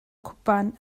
cwpan